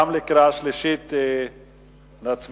גם בקריאה שלישית נצביע.